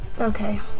okay